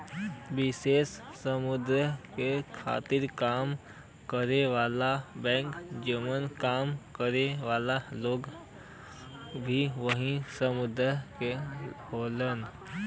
विशेष समुदाय के खातिर काम करे वाला बैंक जेमन काम करे वाले लोग भी वही समुदाय क होलन